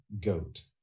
goat